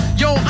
yo